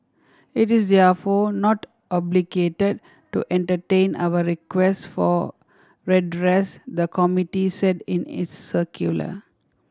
it is therefore not obligated to entertain our request for redress the committee said in its circular